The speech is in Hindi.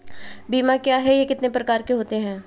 बीमा क्या है यह कितने प्रकार के होते हैं?